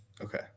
Okay